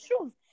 truth